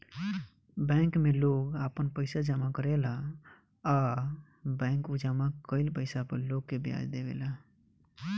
bank में लोग आपन पइसा जामा करेला आ बैंक उ जामा कईल पइसा पर लोग के ब्याज देवे ले